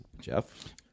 Jeff